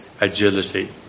agility